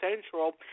central